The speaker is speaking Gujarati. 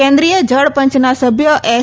કેન્દ્રિય જળ પંચના સભ્ય એસ